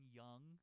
young